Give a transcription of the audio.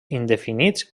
indefinits